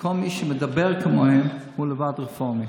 וכל מי שמדבר כמוהם הוא לבדו רפורמי.